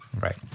Right